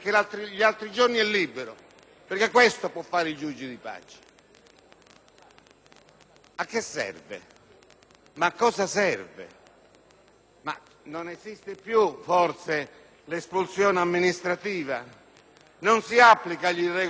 di pace. A cosa serve? Non esiste più l'espulsione amministrativa? Non si applica agli irregolari che soggiornano nel nostro Paese l'espulsione amministrativa?